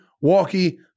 walkie